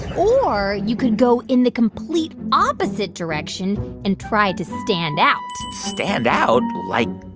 or you could go in the complete opposite direction and try to stand out stand out? like,